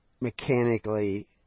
mechanically